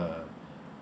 uh